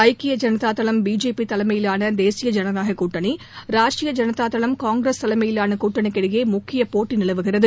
ஐக்கிய ஜனதாதளம் பிஜேபி தலைமையிவான தேசிய ஜனநாயகக் கூட்டணி ராஷ்ட்ரிய ஜனதாதளம் காங்கிரஸ் தலைமையிலான கூட்டணிக்கு இடையே முக்கிய போட்டி நிலவுகிறது